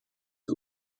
wir